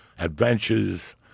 adventures